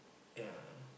yeah